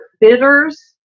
bitters